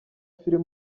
filime